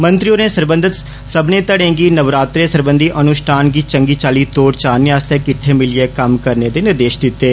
मंत्री होरें सरबंधत सब्बनें धड़े गी नवरात्रें सरबंधी अनुश्ठान गी चंगी चाल्ली तोड चाढने आस्तै किट्ठे मिलयै कम्म करने दे निर्देष दिते